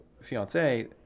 fiance